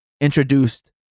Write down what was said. introduced